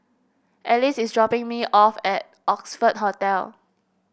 Alice is dropping me off at Oxford Hotel